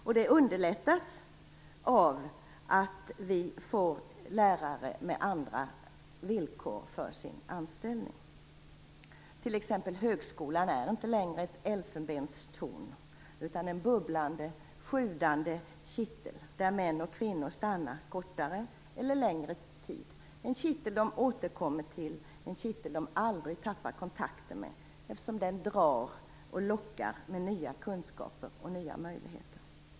Detta underlättas av att lärarna får andra villkor för sin anställning. Högskolan är t.ex. inte längre ett elfenbenstorn, utan en bubblande, sjudande kittel där män och kvinnor stannar under en kortare eller längre tid. Den är en kittel de återkommer till och aldrig tappar kontakten med eftersom den drar och lockar med nya kunskaper och nya möjligheter.